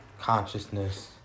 consciousness